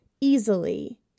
easily